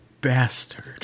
bastard